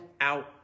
out